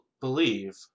believe